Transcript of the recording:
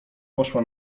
poszła